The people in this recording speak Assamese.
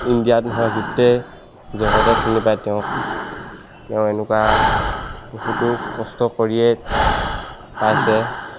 ইণ্ডিয়াত নহয় গোটেই জগতে চিনি পায় তেওঁক তেওঁ এনেকুৱা বহুতো কষ্ট কৰিয়েই পাইছে